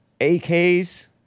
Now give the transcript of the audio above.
AKs